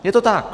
Je to tak.